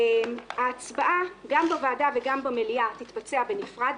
ההצבעה גם בוועדה וגם במליאה תתבצע בנפרד,